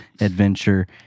adventure